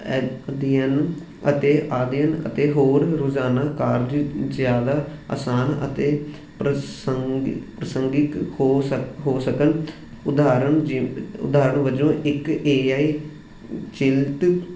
ਅਤੇ ਅਧਿਐਨ ਅਤੇ ਆਧਿਐਨ ਅਤੇ ਹੋਰ ਰੋਜ਼ਾਨਾ ਕਾਰਜ ਜ਼ਿਆਦਾ ਆਸਾਨ ਅਤੇ ਪ੍ਰਸੰਗਿਕ ਪ੍ਰਸੰਗਿਕ ਹੋ ਸਕਣ ਹੋ ਸਕਣ ਉਦਾਹਰਨ ਜਿਵੇਂ ਉਦਾਹਰਨ ਵਜੋਂ ਇੱਕ ਏ ਆਈ ਚਲਿਤ